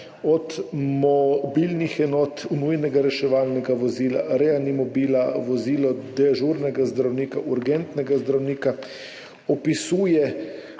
od mobilnih enot, nujnega reševalnega vozila, reanimobila do vozila dežurnega zdravnika, urgentnega zdravnika. Opisuje,